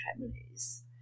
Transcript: families